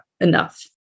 enough